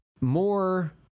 more